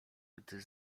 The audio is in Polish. gdy